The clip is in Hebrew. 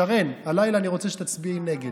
שרן, הלילה אני רוצה שתצביעי נגד.